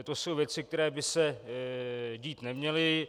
To jsou věci, které by se dít neměly.